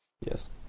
Yes